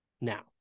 Now